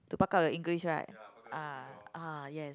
to buck up your English right uh uh yes